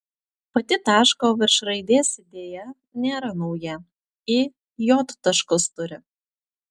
pati taško virš raidės idėja nėra nauja i j taškus turi